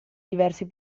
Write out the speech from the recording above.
diversi